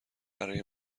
برای